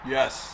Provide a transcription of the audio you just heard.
Yes